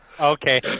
Okay